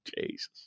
Jesus